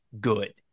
good